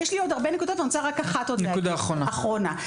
נקודה אחרונה.